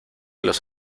los